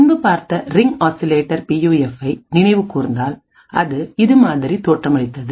முன்பு பார்த்த ring oscillator பியூஎஃப்பை நினைவு கூர்ந்தால் அது இது மாதிரி தோற்றமளித்தது